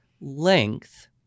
length